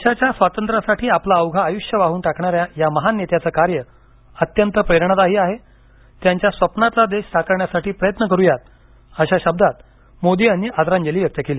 देशाच्या स्वातंत्र्यासाठी आपलं अवघं आयुष्य वाहून टाकणाऱ्या या महान नेत्याचं कार्य अत्यंत प्रेरणादायी आहे त्यांच्या स्वप्नातला देश साकारण्यासाठी प्रयत्न करू या अशा शब्दात मोदी यांनी आदरांजली व्यक्त केली